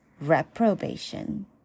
reprobation